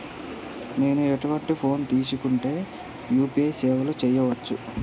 నేను ఎటువంటి ఫోన్ తీసుకుంటే యూ.పీ.ఐ సేవలు చేయవచ్చు?